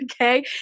Okay